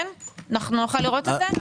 נוכל לראות את זה?